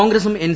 കോൺഗ്രസും എൻ